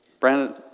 Brandon